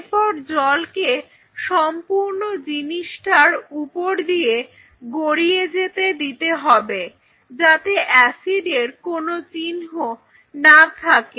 এরপর জলকে সম্পূর্ণ জিনিসটার ওপর দিয়ে গড়িয়ে যেতে দিতে হবে যাতে অ্যাসিডের কোন চিহ্ন না থাকে